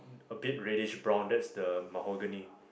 a bit reddish brown that's the Mahogany